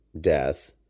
death